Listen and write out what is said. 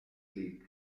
league